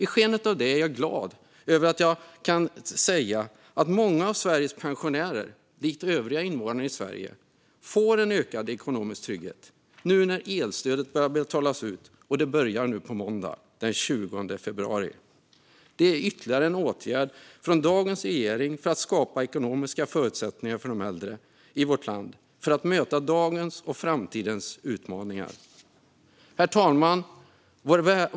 I skenet av detta är jag glad över att många av Sveriges pensionärer likt övriga invånare i Sverige får en ökad ekonomisk trygghet när elstödet börjar betalas ut nu på måndag den 20 februari. Detta är ytterligare en åtgärd från dagens regering för att skapa ekonomiska förutsättningar för de äldre i vårt land att möta dagens och framtidens utmaningar. Herr talman!